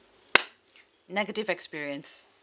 negative experience